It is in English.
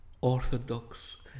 Orthodox